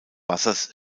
wassers